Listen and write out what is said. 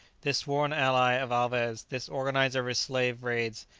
this sworn ally of alvez, this organizer of his slave-raids,